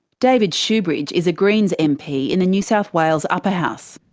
david shoebridge is a greens mp in the new south wales upper house.